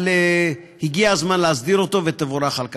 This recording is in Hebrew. אבל הגיע הזמן להסדיר אותו, ותבורך על כך.